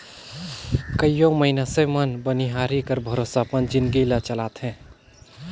कइयो मइनसे मन बनिहारी कर भरोसा अपन जिनगी ल चलाथें